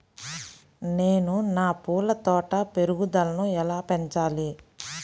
నేను నా పూల తోట పెరుగుదలను ఎలా పెంచాలి?